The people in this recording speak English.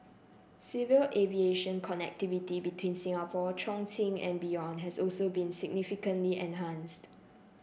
civil aviation connectivity between Singapore Chongqing and beyond has also been significantly enhanced